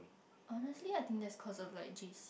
honestly I think that's cause of like J_C